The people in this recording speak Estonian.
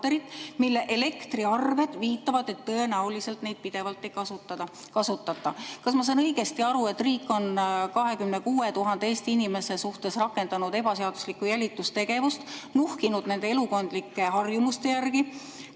mille elektriarved viitavad, et tõenäoliselt neid pidevalt ei kasutata. Kas ma sain õigesti aru, et riik on 26 000 Eesti inimese suhtes rakendanud ebaseaduslikku jälitustegevust, nuhkinud nende elukondlike harjumuste järele?